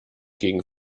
gegen